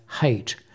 hate